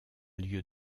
lieu